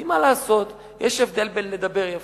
כי מה לעשות, יש הבדל בין לדבר יפה,